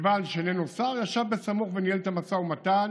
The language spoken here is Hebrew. כיוון שאיננו שר, ישב בסמוך וניהל את המשא ומתן